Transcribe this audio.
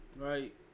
right